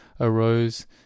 arose